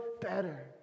better